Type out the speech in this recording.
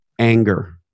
Anger